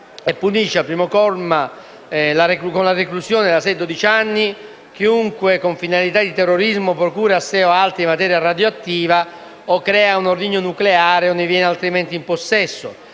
punisce con la reclusione da sei a dodici anni, chiunque con finalità di terrorismo procura a sé o ad altri materia radioattiva o crea un ordigno nucleare o ne viene altrimenti in possesso.